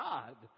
God